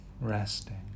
resting